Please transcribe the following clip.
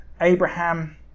Abraham